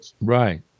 Right